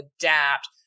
adapt